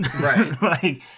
right